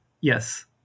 yes